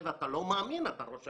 לא, הוא אמר שהוא יהיה הראשון.